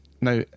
Now